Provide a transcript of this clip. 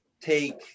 take